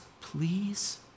please